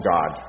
God